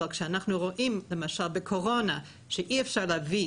אבל כשאנחנו רואים, למשל בקורונה, שאי אפשר להביא